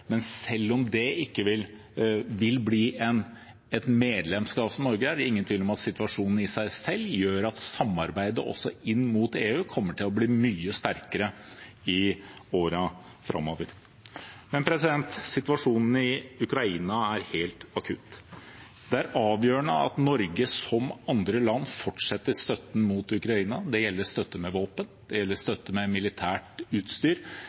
Men selv om det ikke vil bli et medlemskap for Norge, er det ingen tvil om at situasjonen i seg selv gjør at samarbeidet også inn mot EU kommer til å bli mye sterkere i årene framover. Men situasjonen i Ukraina er helt akutt. Det er avgjørende at Norge, som andre land, fortsetter støtten til Ukraina. Det gjelder støtte med våpen, og det gjelder støtte med militært utstyr.